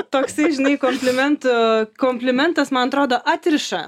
toksai žinai komplimentų komplimentas man atrodo atriša